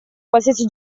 qualsiasi